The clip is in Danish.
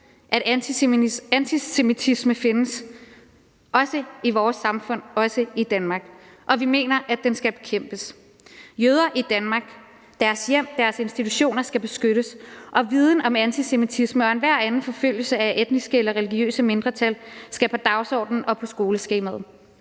at antisemitisme også findes i vores samfund, også i Danmark, og vi mener, at den skal bekæmpes. Jøder i Danmark, deres hjem, deres institutioner skal beskyttes, og viden om antisemitisme og enhver anden forfølgelse af etniske eller religiøse mindretal skal på dagsordenen og på skoleskemaet.